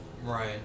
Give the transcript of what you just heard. Right